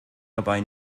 dabei